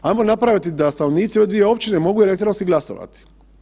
Hajmo napraviti da stanovnici ove dvije općine mogu elektronski glasovati.